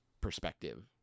perspective